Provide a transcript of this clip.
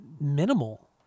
minimal